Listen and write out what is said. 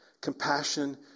Compassion